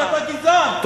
כי אתה גזען.